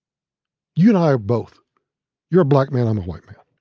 you and i both you're a black man i'm a white man.